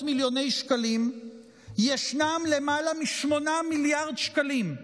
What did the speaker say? מיליוני שקלים ישנם למעלה מ-8 מיליארד שקלים,